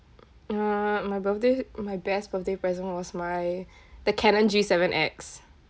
uh my birthday my best birthday present was my the canon G seven X